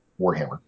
Warhammer